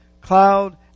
cloud